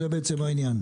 זה בעצם העניין?